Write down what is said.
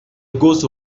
gosse